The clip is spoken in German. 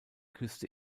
küste